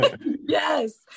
Yes